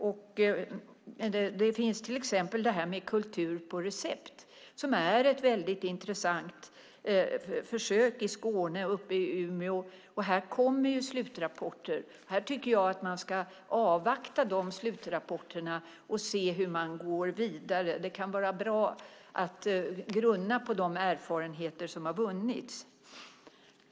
En av dem handlar om detta med kultur på recept, som är ett intressant försök i Skåne och Umeå. Här kommer slutrapporter. Jag tycker att man ska avvakta de rapporterna och se hur man ska gå vidare. Det kan vara bra att grunna på de erfarenheter som har vunnits.